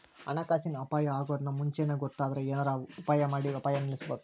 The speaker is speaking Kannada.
ಹಣಕಾಸಿನ್ ಅಪಾಯಾ ಅಗೊದನ್ನ ಮುಂಚೇನ ಗೊತ್ತಾದ್ರ ಏನರ ಉಪಾಯಮಾಡಿ ಅಪಾಯ ನಿಲ್ಲಸ್ಬೊದು